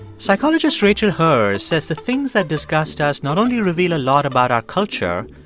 psychologist rachel herz says the things that disgust us not only reveal a lot about our culture,